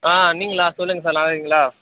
ஆ நீங்களா சொல்லுங்க சார் நல்லா இருக்கீங்களா